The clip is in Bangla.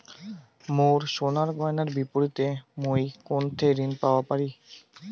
মোর সোনার গয়নার বিপরীতে মুই কোনঠে ঋণ পাওয়া পারি?